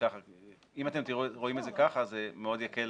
אם אתם רואים את זה ככה, זה מאוד יקל